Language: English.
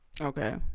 okay